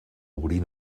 obrir